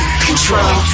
control